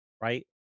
right